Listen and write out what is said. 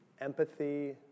empathy